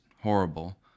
horrible